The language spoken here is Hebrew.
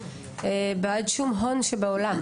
בעד שום הון שבעולם.